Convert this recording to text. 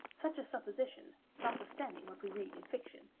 such a supposition, notwithstanding what we read in fiction,